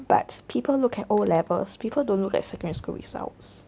but people look at O levels people don't look at secondary school results